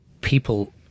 people